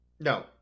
No